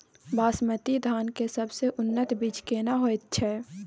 बासमती धान के सबसे उन्नत बीज केना होयत छै?